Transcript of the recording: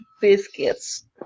Biscuits